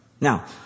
Now